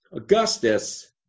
Augustus